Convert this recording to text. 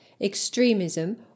extremism